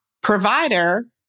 provider